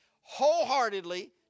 wholeheartedly